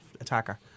attacker